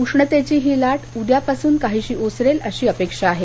उष्णतेची ही लाट उद्यापासून काहीशी ओसरेल अशी अपेक्षा आहे